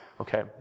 Okay